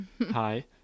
hi